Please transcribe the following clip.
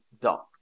dot